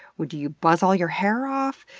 would you you buzz all your hair off?